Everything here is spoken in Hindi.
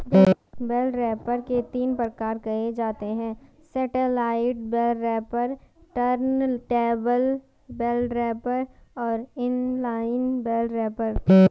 बेल रैपर के तीन प्रकार कहे जाते हैं satellite bale wrapper, turntable bale wrapper और इन लाइन बेल रैपर